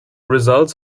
results